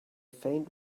faint